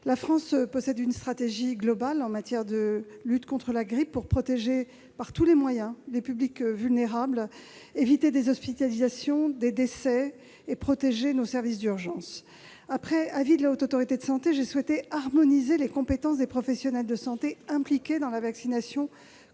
La France s'est dotée d'une stratégie globale en matière de lutte contre la grippe, pour protéger par tous les moyens les publics vulnérables, éviter des hospitalisations, des décès, et préserver nos services des urgences. Après avis de la Haute Autorité de santé, j'ai souhaité harmoniser les compétences des professionnels de santé impliqués dans la vaccination